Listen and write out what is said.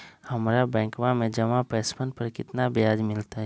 हम्मरा बैंकवा में जमा पैसवन पर कितना ब्याज मिलतय?